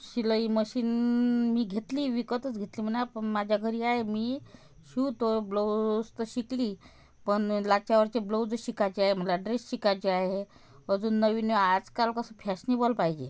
शिलाई मशीन मी घेतली विकतच घेतली म्हणा पण माझ्या घरी आहे मी शिवतो ब्लाउज तर शिकली पण त्याच्यावरचे ब्लाउजं शिकायचे आहे मला ड्रेस शिकायचे आहे अजून नवीन आजकाल कसं फॅशनेबल पाहिजे